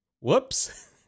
whoops